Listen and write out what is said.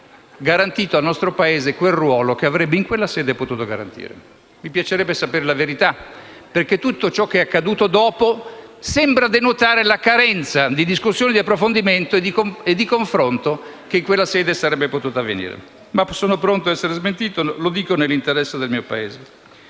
garantito al nostro Paese quel ruolo che in quella sede avrebbe potuto garantire. Mi piacerebbe sapere la verità, perché tutto ciò che è accaduto dopo sembra denotare la carenza di discussione, di approfondimento e di confronto che in quella sede sarebbe potuto avvenire. Sono pronto però ad essere smentito; lo dico nell'interesse del mio Paese.